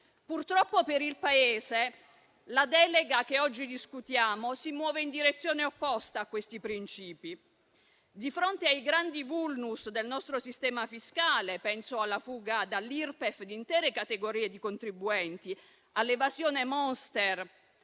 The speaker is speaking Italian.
Purtroppo per il Paese, la delega che oggi discutiamo si muove in direzione opposta a questi principi. Sui grandi *vulnus* del nostro sistema fiscale (penso alla fuga dall'Irpef di intere categorie di contribuenti, all'evasione *monster*